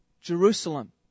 Jerusalem